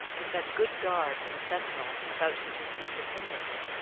to set good guards and sentinels about his received opinions,